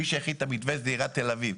מי שהכין את המתווה זה עירית תל אביב.